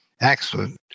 Excellent